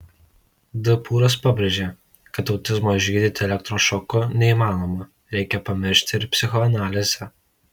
d pūras pabrėžė kad autizmo išgydyti elektrošoku neįmanoma reikia pamiršti ir psichoanalizę